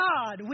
God